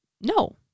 no